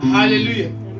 Hallelujah